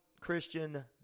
Christian